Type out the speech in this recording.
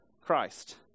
christ